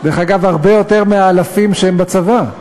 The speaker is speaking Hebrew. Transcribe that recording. דרך אגב, הרבה יותר מהאלפים שהם בצבא,